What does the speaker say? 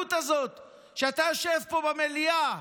הרשלנות הזאת שאתה יושב פה במליאה